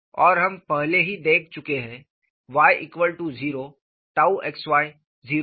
और हम पहले ही देख चुके हैं y0 tau xy 0 है